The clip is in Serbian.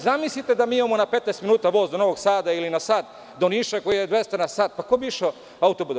Zamislite da mi imamo na 15 minuta voz do Novog Sada, ili na sat do Niša koji je 200 na sat, pa ko bi išao auto-putem?